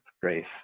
grace